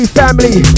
family